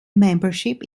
membership